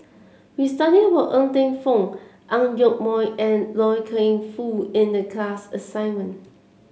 we studied about Ng Teng Fong Ang Yoke Mooi and Loy Keng Foo in the class assignment